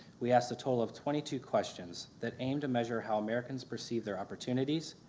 we asked a total of twenty two questions that aimed to measure how americans perceive their opportunities,